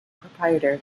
proprietor